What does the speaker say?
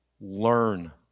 Learn